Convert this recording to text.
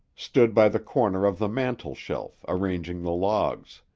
stood by the corner of the mantel shelf, arranging the logs.